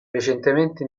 recentemente